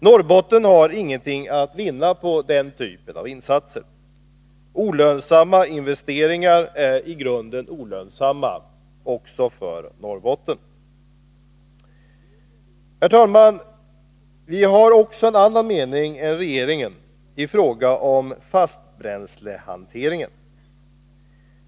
Norrbotten har ingenting att vinna på den typen av insatser. Olönsamma investeringar är i grunden olönsamma, också för Norrbotten. Herr talman! Vi har också en annan mening än regeringen i fråga om fastbränslehanteringen.